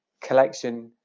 Collection